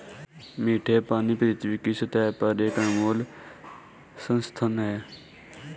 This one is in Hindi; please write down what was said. मीठे पानी पृथ्वी की सतह पर एक अनमोल संसाधन है